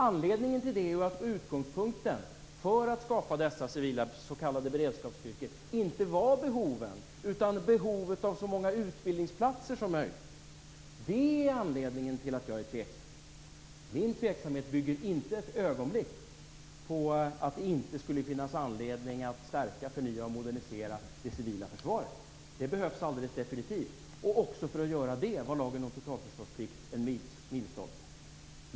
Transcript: Anledningen till det är att utgångspunkten för att skapa dessa civila s.k. beredskapsstyrkor inte var behoven i sig utan behovet av så många utbildningsplatser som möjligt. Det är anledningen till att jag är tveksam. Min tveksamhet bygger inte ett ögonblick på att det inte skulle finnas anledning att stärka, förnya och modernisera det civila försvaret. Det behövs definitivt. Och också för att göra det var lagen om totalförsvarsplikt en milstolpe.